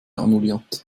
annulliert